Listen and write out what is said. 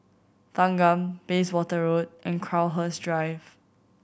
Thanggam Bayswater Road and Crowhurst Drive